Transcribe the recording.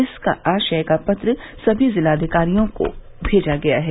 इस आशय का पत्र सभी जिलाधिकारियों को भेजा गया है